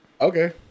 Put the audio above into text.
Okay